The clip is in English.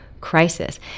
crisis